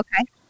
okay